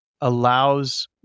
allows